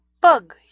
bug